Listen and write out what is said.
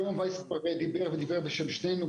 יורם וייס דיבר הרבה בשם שנינו.